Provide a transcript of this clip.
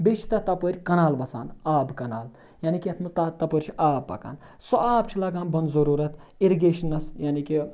بیٚیہِ چھِ تَتھ تَپٲرۍ کَنال وَسان آبہٕ کَنال یعنے کہِ یَتھ منٛز تَتھ تَپٲرۍ چھُ آب پَکان سُہ آب چھِ لَگان بۄنہٕ ضٔروٗرتھ اِرِگیشنَس یعنے کہِ